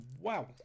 Wow